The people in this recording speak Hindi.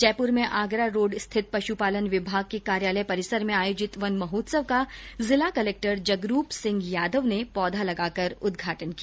जयपुर में आगरा रोड़ स्थित पश्पालन विभाग के कार्यालय परिसर में आयोजित वन महोत्सव का जिला कलेक्टर जगरूप सिंह यादव ने पौधा लगाकर उदघाटन किया